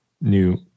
new